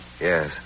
Yes